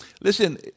Listen